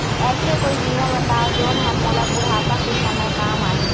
ऐसे कोई बीमा बताव जोन हर मोला बुढ़ापा के समय काम आही?